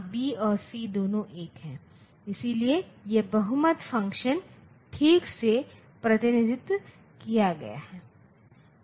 समस्या 0 का प्रतिनिधित्व है 4 बिट संख्या प्रणाली में 0 का प्रतिनिधित्व इसके द्वारा किया जाएगा